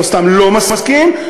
לא מסכים,